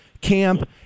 camp